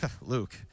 Luke